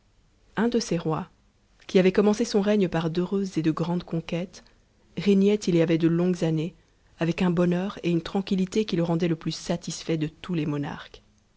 un de ces rois qui avait commencé son règne par d'heureuses et de p'mdes conquêtes régnait il y avait de longues années avec un bonheur ctune tranquillité qui le rendaient le plus satisfait de tous les monarques